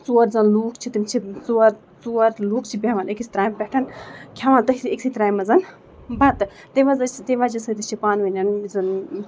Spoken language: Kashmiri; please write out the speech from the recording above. ژور زَن لوٗکھ چھِ تِم چھِ ژور ژور لُکھ چھِ بیٚہوان أکِس ترٛامہِ پٮ۪ٹھ کھٮ۪وان تٔتھی أکۍ سٕے ترٛامہِ منٛز بَتہٕ تمہِ تمہِ وجہ سۭتی چھِ پانہٕ ؤنۍ یُس زَن